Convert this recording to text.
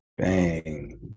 Bang